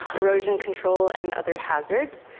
erosion control and other hazards.